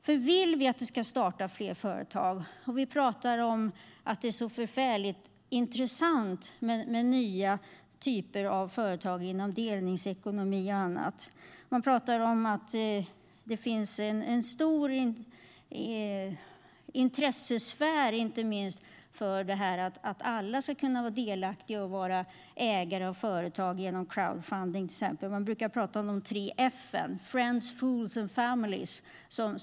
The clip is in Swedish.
Vi vill att det ska startas fler företag, och vi pratar om att det är intressant med nya typer av företag inom delningsekonomi och annat. Man pratar om att det finns en stor intressesfär, inte minst att alla ska kunna vara delaktiga och vara ägare i företag, genom till exempel crowdfunding. Man brukar prata om tre f - friends, fools and families.